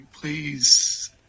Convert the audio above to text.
please